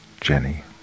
Jenny